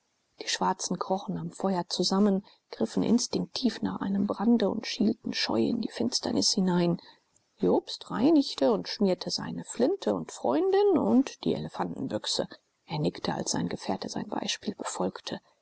die schwarzen krochen am feuer zusammen griffen instinktiv nach einem brande und schielten scheu in die finsternis hinein jobst reinigte und schmierte seine flinte und freundin und auch die elefantenbüchse er nickte als sein gefährte sein beispiel befolgte